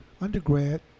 undergrad